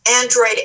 android